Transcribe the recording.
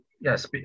yes